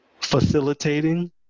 facilitating